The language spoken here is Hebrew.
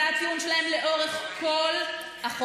זה היה הטיעון שלהם לאורך כל החוק.